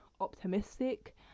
optimistic